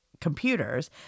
computers